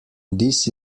this